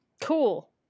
Cool